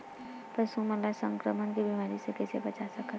पशु मन ला संक्रमण के बीमारी से कइसे बचा सकथन?